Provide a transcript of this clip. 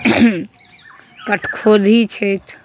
कठखोधी छथि